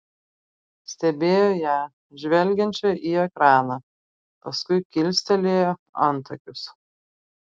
stebėjo ją žvelgiančią į ekraną paskui kilstelėjo antakius